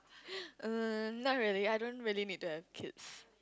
um not really I don't really need to have kids